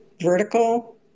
vertical